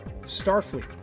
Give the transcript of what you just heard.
Starfleet